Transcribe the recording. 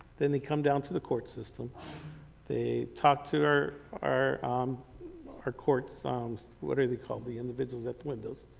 then they come down to the court system they talk to our our um courts, um so what are they called, the individuals at the windows,